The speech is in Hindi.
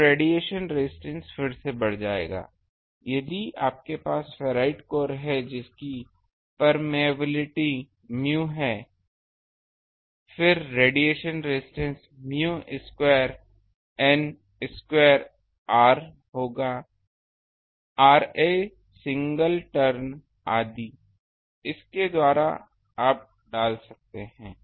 तो रेडिएशन रेजिस्टेंस फिर से बढ़ जाएगा यदि आपके पास फेराइट कोर है जिसकी परमेएबिलिटी mu है फिर radiation resistance mu square N square होगा Ra सिंगल टर्न आदि इसके द्वारा आप डाल सकते हैं